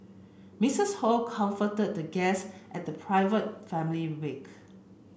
Mistress Ho comforted the guests at the private family wake